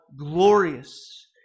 glorious